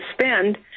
spend